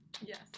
Yes